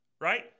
right